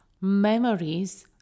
memories